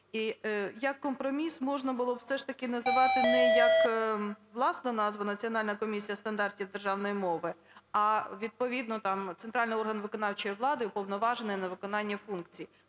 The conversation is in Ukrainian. як компроміс можна було б все ж таки називати не як власна назва "Національна комісія стандартів державної мови", а відповідно, там, "центральний орган виконавчої влади, уповноважений на виконання функцій".